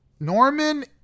Norman